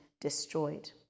destroyed